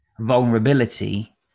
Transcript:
vulnerability